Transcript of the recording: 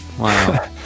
Wow